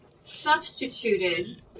Substituted